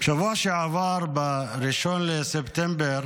בשבוע שעבר ב-1 בספטמבר